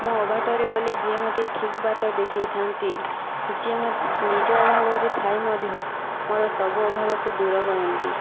ମୁଁ ଅବାଟରେ ଗଲେ ଯିଏ ମୋତେ ଠିକ ବାଟ ଦେଖାଇଥାନ୍ତି ଯିଏ ନିଜ ଅଭାବରେ ଥାଇ ମଧ୍ୟ ମୋ'ର ସବୁ ଅଭାବକୁ ଦୂର କରନ୍ତି